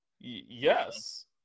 yes